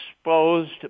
exposed